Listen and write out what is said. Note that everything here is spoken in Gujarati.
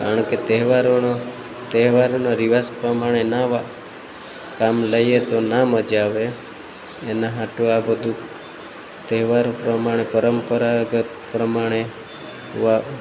કારણકે તહેવારોના તહેવારોના રિવાજ પ્રમાણે નાવ કામ લઈએ તો ના મજા આવે એના હાટુ આ બધું તહેવારો પ્રમાણે પરંપરાગત પ્રમાણે વ